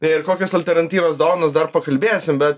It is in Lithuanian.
ir kokias alternatyvias dovanos dar pakalbėsim bet